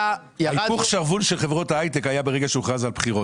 היפוך שרוול של חברות הייטק ברגע שהוכרז על בחירות,